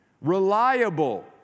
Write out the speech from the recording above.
reliable